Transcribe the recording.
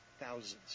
Thousands